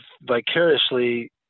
vicariously